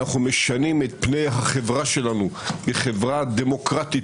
אנחנו משנים את פני החברה שלנו מחברה דמוקרטית